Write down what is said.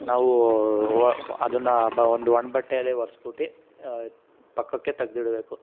ನಾವು ಅದನ್ನು ಬ ಒಂದು ಒಣ ಬಟ್ಟೆಯಲ್ಲಿ ಒರ್ಸ್ಬುಟ್ಟಿ ಪಕ್ಕಕ್ಕೆ ತೆಗ್ದು ಇಡಬೇಕು